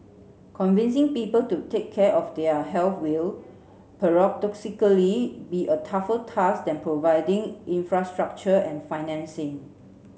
convincing people to take care of their health will paradoxically be a tougher task than providing infrastructure and financing